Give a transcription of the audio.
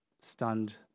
Stunned